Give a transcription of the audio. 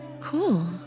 Cool